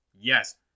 Yes